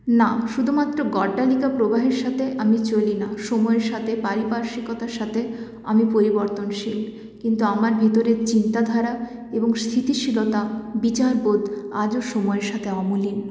না শুধুমাত্র গড্ডালিকা প্রবাহের সাথে আমি চলি না সময়ের সাথে পারিপার্শ্বিকতার সাথে আমি পরিবর্তনশীল কিন্তু আমার ভেতরের চিন্তাধারা এবং স্থিতিশীলতা বিচারবোধ আজও সময়ের সাথে অমলিন